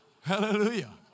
Hallelujah